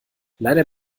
leider